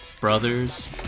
Brothers